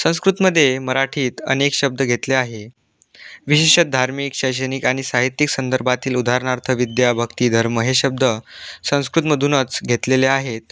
संस्कृतमध्ये मराठीत अनेक शब्द घेतले आहे विशेष धार्मिक शैक्षणिक आणि साहित्यिक संदर्भातील उदाहरणार्थ विद्या भक्ती धर्म हे शब्द संस्कृतमधूनच घेतलेले आहेत